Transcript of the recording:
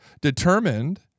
determined